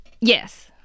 Yes